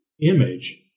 image